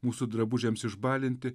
mūsų drabužiams išbalinti